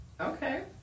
Okay